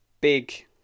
big